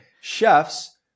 chefs